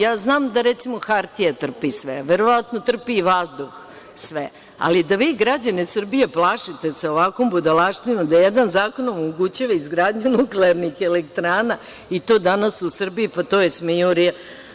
Ja znam da, recimo, hartija trpi sve, verovatno trpi i vazduh sve, ali da vi građane Srbije plašite sa ovakvom budalaštinom da jedan zakon omogućava izgradnju nuklearnih elektrana, i to danas u Srbiji, pa to je smejurija.